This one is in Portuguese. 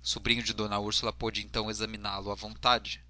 sobrinho de d úrsula pôde então examiná-lo à vontade